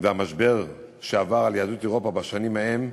והמשבר שעבר על יהדות אירופה בשנים ההן,